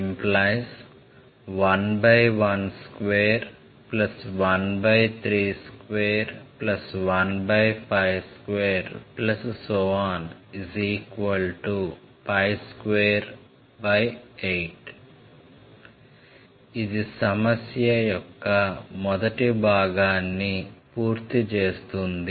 ఇది సమస్య యొక్క మొదటి భాగాన్ని పూర్తి చేస్తుంది